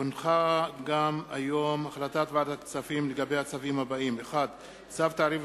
החלטת ועדת כספים לגבי הצווים הבאים: 1. צו תעריף